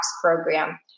program